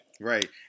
Right